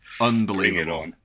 Unbelievable